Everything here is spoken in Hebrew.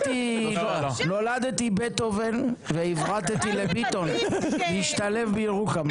נולדתי בטהובן, ועיברתי לביטון כדי להשתלב בירוחם.